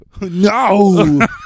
No